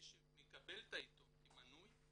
מי שמקבל את העיתון כמנוי,